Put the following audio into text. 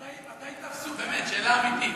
מתי תפסו, באמת, שאלה אמיתית,